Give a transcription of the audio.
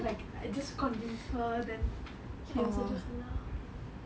like I just convince her then she also just allow